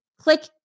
click